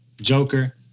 Joker